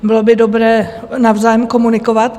Bylo by dobré navzájem komunikovat.